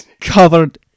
covered